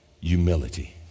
humility